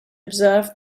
observe